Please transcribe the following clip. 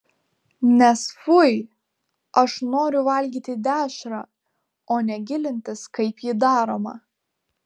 nes fui aš noriu valgyti dešrą o ne gilintis kaip ji daroma